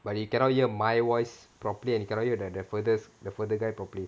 but you cannot hear my voice properly and you cannot hear the the furthest the further guy properly